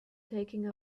taking